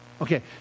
okay